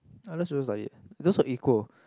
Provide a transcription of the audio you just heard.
I love Social Studies it just so equal